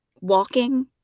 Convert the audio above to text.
walking